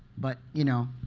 but, you know,